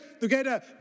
together